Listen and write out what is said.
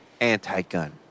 anti-gun